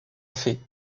fait